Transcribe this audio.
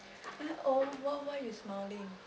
oh why why you smiling